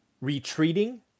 retreating